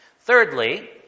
Thirdly